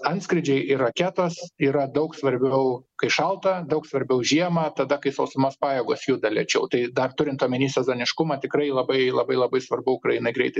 antskrydžiai ir raketos yra daug svarbiau kai šalta daug svarbiau žiemą tada kai sausumos pajėgos juda lėčiau tai dar turint omeny sezoniškumą tikrai labai labai labai svarbu ukrainai greitai